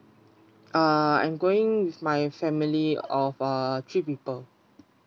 uh I'm going with my family of uh three people